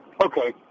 okay